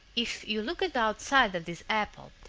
if you look at the outside of this apple,